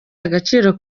agaciro